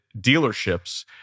dealerships